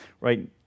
right